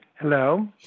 Hello